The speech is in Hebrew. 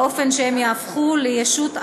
כך שהם יהפכו לישות אחת: